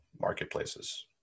marketplaces